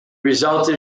resulted